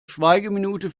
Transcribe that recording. schweigeminute